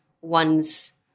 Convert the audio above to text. one's